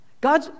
God